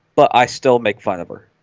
but i still make fun of her